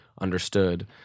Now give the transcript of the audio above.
understood